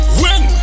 win